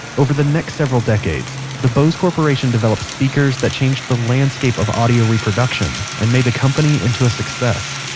over the next several decades the bose corporation developed speakers that changed the landscape of audio reproduction and made the company into a success.